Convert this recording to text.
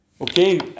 Okay